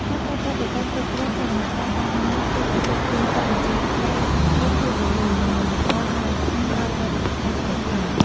ការប្រើប្រាស់ប្រព័ន្ធគ្រប់គ្រងសវនកម្មតាមអនឡាញ ធ្វើឱ្យការផ្ទៀងផ្ទាត់បញ្ជីការមានភាពរលូន និងមិនបង្កការរំខានដល់ប្រតិបត្តិការផ្ទៃក្នុង។